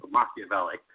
Machiavelli